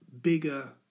bigger